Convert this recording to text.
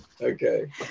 okay